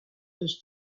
his